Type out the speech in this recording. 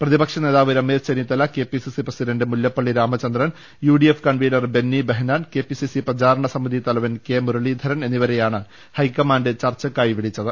പ്രതിപക്ഷ നേതാവ് Ramesh Chennithala K P C C president Mullappally Ramachandran U D F convener Benny Behanan പിട്ടു സിന്റെ സിന്റെ പ്രചാരണ് സിതി കെ തലവൻ കെ മുരളീധരൻ എന്നിവരെയാണ് ഹൈക്ക മാൻഡ് ചർച്ചയ്ക്കായി വിളിച്ചത്